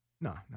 No